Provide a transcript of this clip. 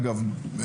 אגב,